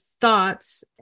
thoughts